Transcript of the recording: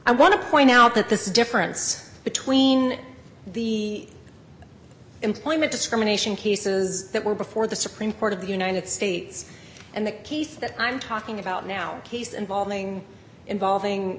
want to point out that this difference between the employment discrimination cases that were before the supreme court of the united states and the case that i'm talking about now case involving involving